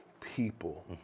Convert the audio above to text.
people